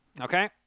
okay